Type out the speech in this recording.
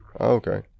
okay